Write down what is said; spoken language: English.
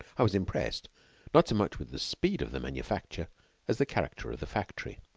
i was impressed not so much with the speed of the manufacture as the character of the factory.